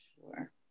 Sure